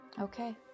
Okay